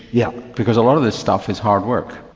yeah because a lot of this stuff is hard work,